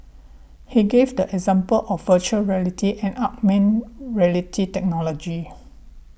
he gave the example of Virtual Reality and augmented reality technology